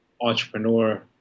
entrepreneur